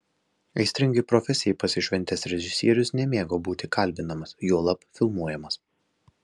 aistringai profesijai pasišventęs režisierius nemėgo būti kalbinamas juolab filmuojamas